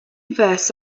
verse